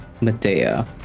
Medea